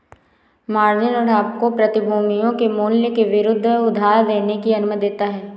margin ऋण आपको प्रतिभूतियों के मूल्य के विरुद्ध उधार लेने की अनुमति देता है